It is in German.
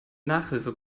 nachhilfe